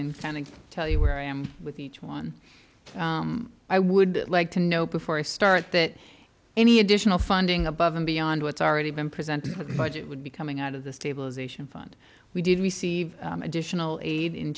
intending to tell you where i am with each one i would like to know before i start that any additional funding above and beyond what's already been presented to the budget would be coming out of the stabilization fund we did receive additional aid in